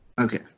Okay